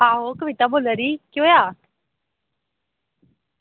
आहो कविता बोल्ला दी केह् होआ